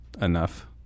enough